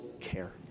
care